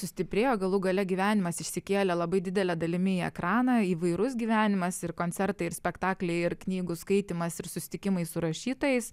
sustiprėjo galų gale gyvenimas išsikėlė labai didele dalimi į ekraną įvairus gyvenimas ir koncertai ir spektakliai ir knygų skaitymas ir susitikimai su rašytojais